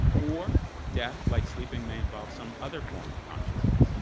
or, death, like sleeping, may involve some other form of consciousness,